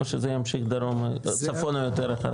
או שזה ימשיך צפונה יותר אחר כך?